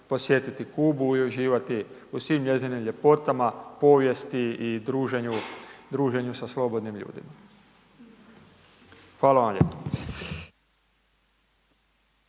posjetiti Kubu i uživati u svim njezinim ljepotama, povijesti i druženju sa slobodnim ljudima. Hvala vam lijepo.